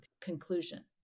conclusion